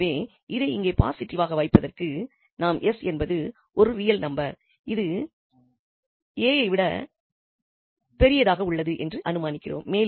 எனவே இதை இங்கு பாசிட்டிவாக வைப்பதற்கு நாம் 𝑠 என்பது ஒரு ரியல் நம்பர் மற்றும் இது 𝑎 ஐ விட பெரியதாக உள்ளது என்று அனுமானிக்கிறோம்